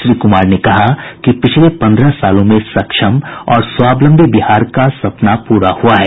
श्री कुमार ने कहा कि पिछले पन्द्रह सालों में सक्षम और स्वाबलंबी बिहार का सपना पूरा हुआ है